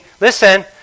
Listen